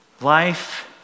Life